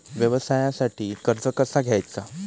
व्यवसायासाठी कर्ज कसा घ्यायचा?